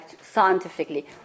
scientifically